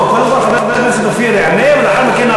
הוא צריך לדבר בסוף.